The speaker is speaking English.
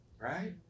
Right